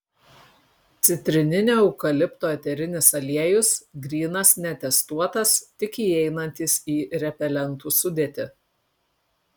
citrininio eukalipto eterinis aliejus grynas netestuotas tik įeinantis į repelentų sudėtį